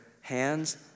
hands